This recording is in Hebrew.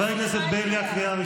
באה ההפיכה, באה ההפיכה.